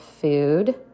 food